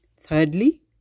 Thirdly